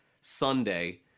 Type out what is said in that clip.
Sunday